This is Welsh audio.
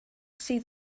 sydd